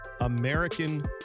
American